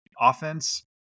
offense